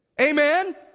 Amen